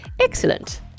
Excellent